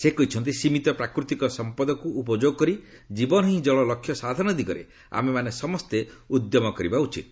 ସେ କହିଛନ୍ତି ସୀମିତ ପ୍ରାକୃତିକ ସଂପଦକୁ ଉପଯୋଗ କରି ଜୀବନ ହିଁ ଜଳ ଲକ୍ଷ୍ୟ ସାଧନ ଦିଗରେ ଆମେମାନେ ସମସ୍ତେ ଉଦ୍ୟମ କରିବା ଉଚିତ